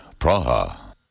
Praha